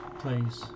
please